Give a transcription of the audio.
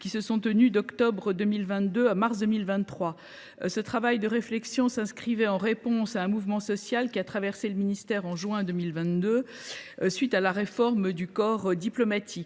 qui se sont tenus d’octobre 2022 à mars 2023. Ce travail de réflexion s’inscrivait en réponse au mouvement social qui a traversé le ministère en juin 2022, en réaction à la réforme des corps diplomatiques.